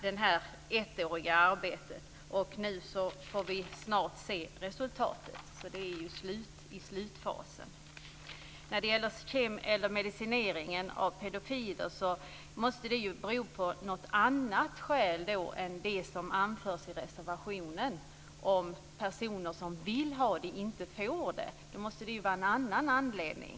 Det ettåriga arbetet pågår, och vi får snart se resultatet, eftersom arbetet är i sin slutfas. Att medicinering av pedofiler uteblir måste bero på något annat än det som anförts i reservationen. Om personer som vill ha medicinering inte får sådan, måste det finnas en annan anledning.